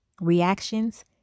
reactions